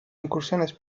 incursiones